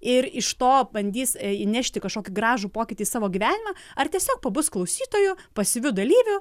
ir iš to bandys įnešti kažkokį gražų pokytį į savo gyvenimą ar tiesiog pabus klausytoju pasyviu dalyviu